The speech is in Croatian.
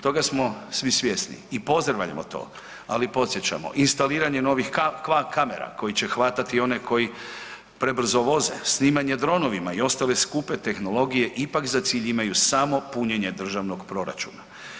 Toga smo svi svjesni i pozdravljamo to, ali podsjećamo instaliranje novih kamera koji će hvatati one koji prebrzo voze, snimanje dronovima i ostale skupe tehnologije ipak za cilj imaju samo punjenje državnog proračuna.